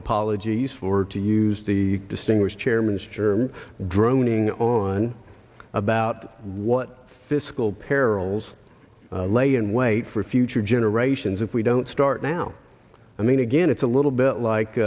apologies for to use the distinguished chairman's germ droning on about what fiscal perils lay in wait for future generations if we don't start now i mean again it's a little bit